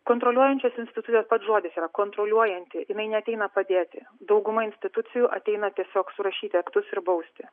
kontroliuojančios institucijos pats žodis yra kontroliuojanti jinai neateina padėti dauguma institucijų ateina tiesiog surašyti aktus ir bausti